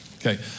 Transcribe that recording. Okay